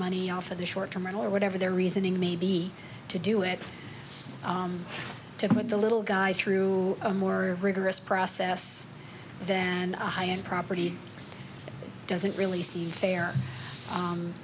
money off of the short term or whatever their reasoning may be to do it to put the little guy through a more rigorous process than a high end property doesn't really seem fair